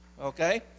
okay